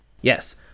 Yes